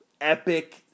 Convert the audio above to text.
epic